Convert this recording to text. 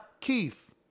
Keith